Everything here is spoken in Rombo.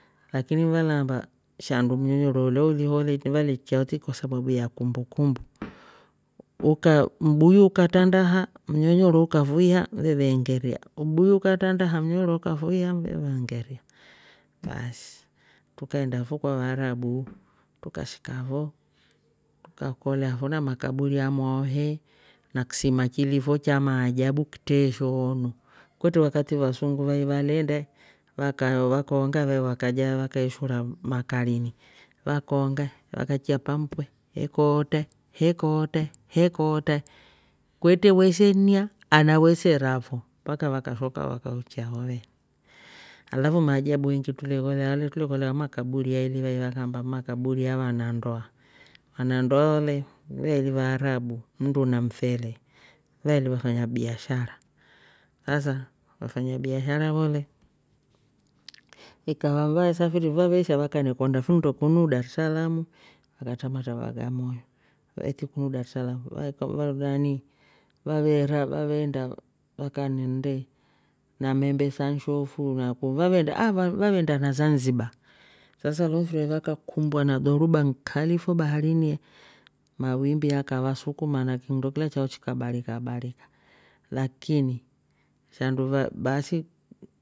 Lakini valeeamba shandu mnyororo ulya ulaaho le valeichya ho tiki kwa sababu ya kumbu kumbu uka- mbuyu ukatrandaha mnyonyoro ukafuhia veve engeria. mbuyu ukatrandaha vevengeria baasi trukaenda fo kwa vaarabu tukashika ho tukakolya fona makaburi ah amwaho he na ksima kilifo cha maajabu kitreshoonwa kwetre vakati vasungu vai valeenda vakao vakoonga vakaja- vakaishura makarini vakoonga vakaichya pampu ekootra he kootra hekootra kwetre wesenia ana wesera fo mpaka vakashoka vakauchya fo veni. alafu maajabu eengi trule lolya oh tule kolya makaburi aili vakaamba ni makaburi ya wana ndoa. wana ndoa oh le veeli vaarabu mndu na mfele vaeeli vafanya biashara sasa vafanya biashara vole ikava vaesafiri vaveesha vakanekonda finndo kunu darsalamu vakatramatra bagamoyo eti kunu darsalamu vae- vae nanii vaveera vaveenda vakanennde na membe sa nshofu- ah vaveenda na zanzibar sasa lo mfiri ve vaka kumbwa na dhoruba nkali fo baharini mawimbi aka vasukuma na kinndo kilya cha chika barika barika lakini shandu va basi